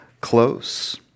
close